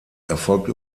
erfolgt